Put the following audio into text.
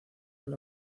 con